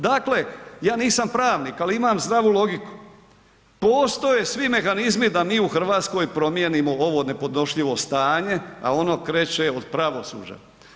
Dakle, ja nisam pravnik ali imam zdravu logiku, postoje svi mehanizmi da mi u Hrvatskoj promijenimo ovo nepodnošljivo stanje a ono kreće od pravosuđa.